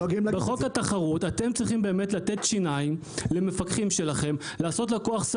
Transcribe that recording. אתם צריכים שהמפקחים שלהם יהיו לקוחות